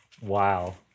wow